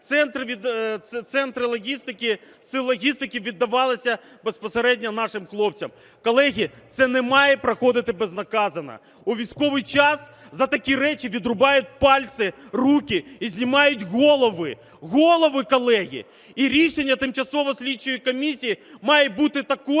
центр логістики, сил логістики, віддавалося безпосередньо нашим хлопцям. Колеги, це не має проходити безнаказано. У військовий час за такі речі відрубають пальці, руки і знімають голови. Голови, колеги! І рішення тимчасової слідчої комісії має бути таким,